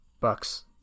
bucks